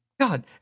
God